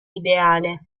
ideale